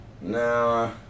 Nah